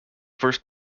first